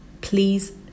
please